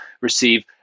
receive